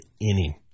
inning